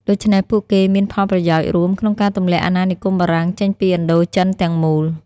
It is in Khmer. ដូច្នេះ ពួកគេមានផលប្រយោជន៍រួមក្នុងការទម្លាក់អាណានិគមបារាំងចេញពីឥណ្ឌូចិនទាំងមូល។